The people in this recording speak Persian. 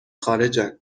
خارجن